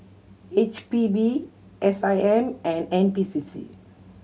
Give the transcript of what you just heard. H P B S I M and N P C C